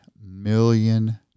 million